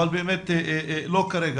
אבל לא כרגע.